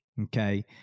okay